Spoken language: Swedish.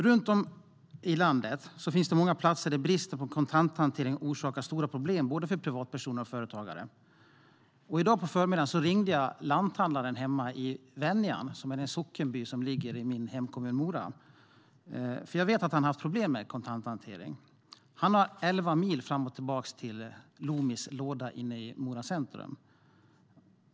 Runt om i landet finns många platser där bristen på kontanthantering orsakar stora problem för både privatpersoner och företagare. I dag på förmiddagen ringde jag lanthandlaren hemma i Venjan, som är en sockenby i min hemkommun Mora. Jag vet att han har problem med kontanthantering. Han har elva mil fram och tillbaka till Loomis låda inne i Mora centrum.